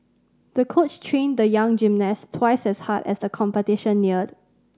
the coach trained the young gymnast twice as hard as the competition neared